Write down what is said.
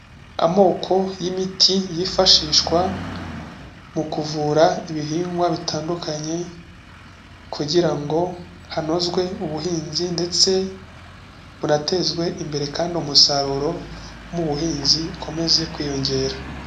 Amoko y'imiti yifashishwa mu kuvura ibihingwa bitandukanye kugira ngo hanozwe ubuhinzi ndetse bunatezwe imbere kandi umusaruro mu buhinzi ukomeze kwiyongera.